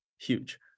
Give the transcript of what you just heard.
huge